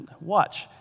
Watch